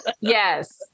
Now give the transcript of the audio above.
yes